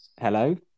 Hello